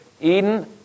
Eden